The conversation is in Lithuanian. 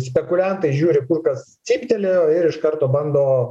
spekuliantai žiūri kur kas cyptelėjo ir iš karto bando